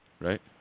right